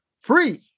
free